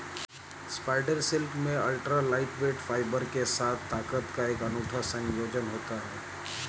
spider silk में ultra lightweight fibre के साथ ताकत का एक अनूठा संयोजन होता है